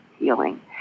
healing